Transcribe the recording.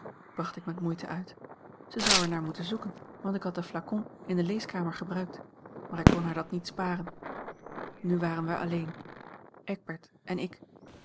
bracht ik met moeite uit zij zou er naar moeten zoeken want ik had den flacon in de leeskamer gebruikt maar ik kon haar dat niet sparen nu waren wij alleen eckbert en ik